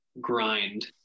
grind